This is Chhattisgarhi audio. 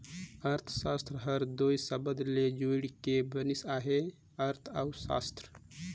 अर्थसास्त्र हर दुई सबद ले जुइड़ के बनिस अहे अर्थ अउ सास्त्र